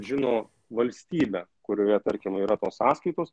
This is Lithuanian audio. žino valstybę kurioje tarkim yra tos sąskaitos